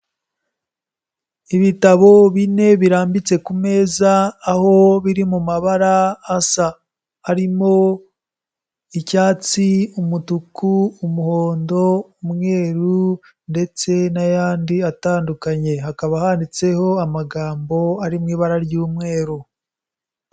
Ibitabo bine birambitse ku meza aho biri mu mabara asa harimo: icyatsi, umutuku, umuhondo, umweru ndetse n'ayandi atandukanye, hakaba handitseho amagambo ari mu ibara ry'umweru.